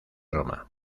roma